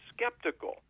skeptical